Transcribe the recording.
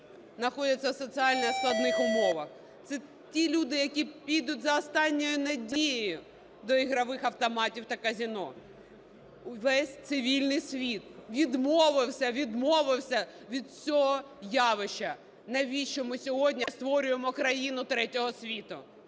знаходяться в соціально складних умовах. Це ті люди, які підуть за останньою надією до ігрових автоматів та казино. Увесь цивільний світ відмовився, відмовився від цього явища. Навіщо ми сьогодні створюємо країну третього світу?